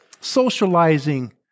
socializing